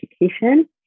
education